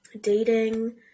dating